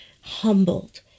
humbled